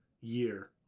year